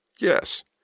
Yes